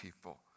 people